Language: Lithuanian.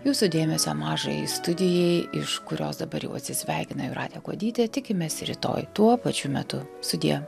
jūsų dėmesio mažajai studijai iš kurios dabar jau atsisveikina jūratė kuodytė tikimės rytoj tuo pačiu metu sudie